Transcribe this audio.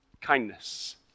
kindness